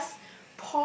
and just